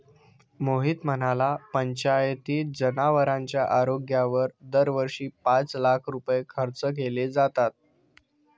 मोहित म्हणाला, पंचायतीत जनावरांच्या आरोग्यावर दरवर्षी पाच लाख रुपये खर्च केले जातात